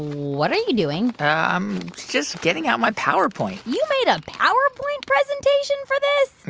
what are you doing? i'm just getting out my powerpoint you made a powerpoint presentation for this?